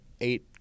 eight